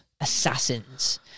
assassins